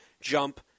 jump